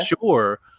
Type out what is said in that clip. sure